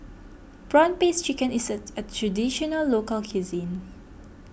Prawn Paste Chicken is a Traditional Local Cuisine